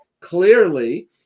clearly